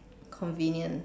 convenient